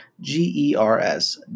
G-E-R-S